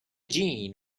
jean